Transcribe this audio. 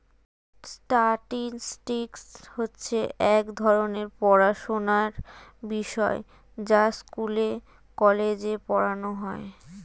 statistics হচ্ছে এক ধরণের পড়াশোনার বিষয় যা স্কুলে, কলেজে পড়ানো হয়